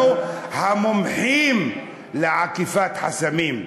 אנחנו המומחים לעקיפת חסמים.